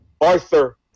Arthur